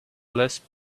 less